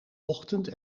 ochtend